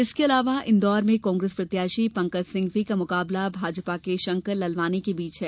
इसके अलावा इन्दौर में कांग्रेस प्रत्याशी पंकज सिंघवी का मुकाबला भाजपा के शंकर लालवानी के बीच है